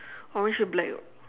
orange and black l~